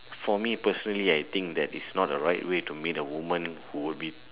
for me personally I think that is not a right way to meet a woman who will be